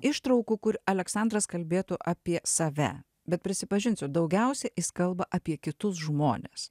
ištraukų kur aleksandras kalbėtų apie save bet prisipažinsiu daugiausia jis kalba apie kitus žmones